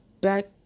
back